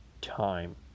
time